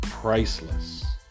Priceless